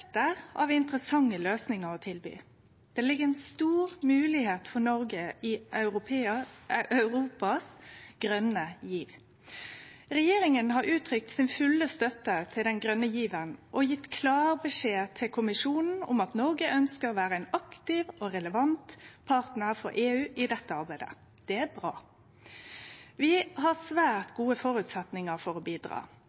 av interessante løysingar å tilby. Det ligg ei stor moglegheit for Noreg i Europas grøne giv. Regjeringa har uttrykt full støtte til den grøne given og gjeve klar beskjed til Kommisjonen om at Noreg ønskjer å vere ein aktiv og relevant partnar for EU i dette arbeidet. Det er bra. Vi har svært